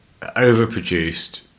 overproduced